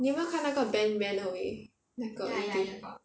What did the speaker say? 你有没有看那个 ben ran away 那个 YouTuber